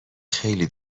خیلی